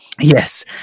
Yes